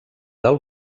del